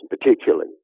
particularly